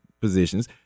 positions